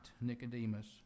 Nicodemus